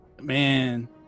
man